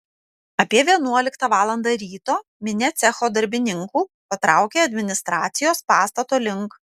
apie vienuoliktą valandą ryto minia cecho darbininkų patraukė administracijos pastato link